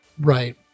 Right